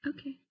okay